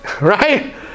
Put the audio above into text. Right